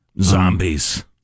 Zombies